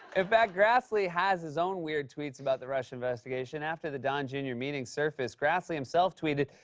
in fact, grassley has his own weird tweets about the russia investigation. after the don jr. meeting surfaced, grassley himself tweeted,